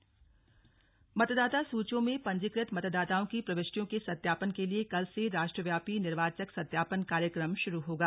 निर्वाचक सत्यापन कार्यक्रम मतदाता सूचियों में पंजीकृत मतदाताओं की प्रविष्टियों के सत्यापन के लिए कल से राष्ट्रव्यापी निर्वाचक सत्यापन कार्यक्रम शुरू होगा